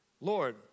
Lord